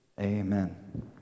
Amen